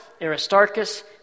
Aristarchus